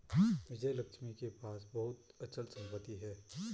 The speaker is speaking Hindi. विजयलक्ष्मी के पास बहुत अचल संपत्ति है